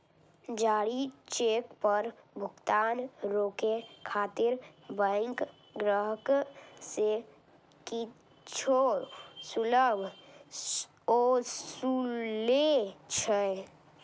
जारी चेक पर भुगतान रोकै खातिर बैंक ग्राहक सं किछु शुल्क ओसूलै छै